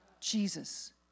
jesus